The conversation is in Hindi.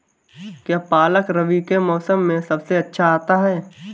क्या पालक रबी के मौसम में सबसे अच्छा आता है?